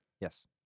Yes